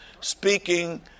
speaking